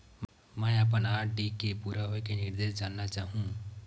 मैं अपन आर.डी के पूरा होये के निर्देश जानना चाहहु